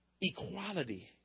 Equality